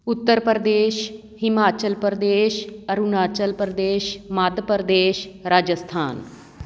Uttar Pradesh Himachal Pradesh Arunachal Pradesh Madhya Pradesh Rajasthan